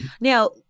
Now